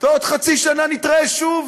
ועוד חצי שנה נתראה שוב.